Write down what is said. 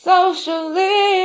Socially